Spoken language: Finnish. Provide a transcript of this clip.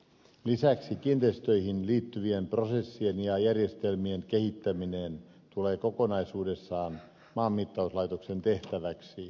lisäksi kiinteistöihin liittyvien prosessien ja järjestelmien kehittäminen tulee kokonaisuudessaan maanmittauslaitoksen tehtäväksi